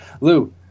Lou